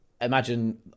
imagine